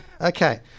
Okay